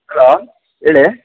hello ಹೇಳಿ